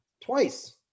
twice